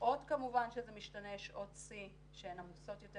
בשעות כמובן שזה משתנה, שעות שיא שהן עמוסות יותר